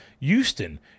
Houston